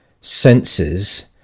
senses